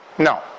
No